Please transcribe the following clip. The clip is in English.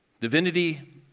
Divinity